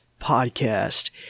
podcast